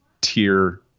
tier